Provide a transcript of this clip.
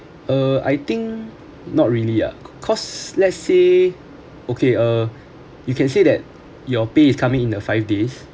uh I think not really because let's say okay uh you can say that your pay is coming in a five days